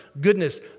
goodness